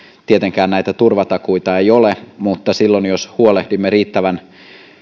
tietenkään näitä turvatakuita ei ole mutta jos huolehdimme riittävän